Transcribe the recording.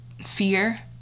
fear